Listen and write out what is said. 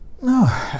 No